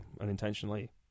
unintentionally